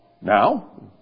now